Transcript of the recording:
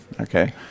Okay